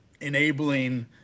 enabling